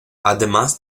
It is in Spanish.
además